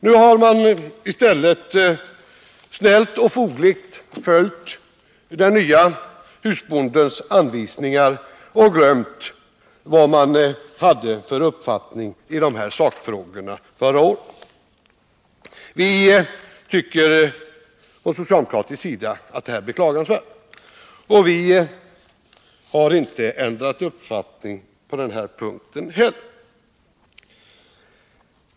Nu har man i stället snällt och fogligt följt den nya husbondens anvisningar och glömt vad man hade för uppfattning i dessa sakfrågor förra året. Vi tycker på socialdemokratisk sida att detta är beklagansvärt. Vi har inte ändrat uppfattning på den här punkten heller.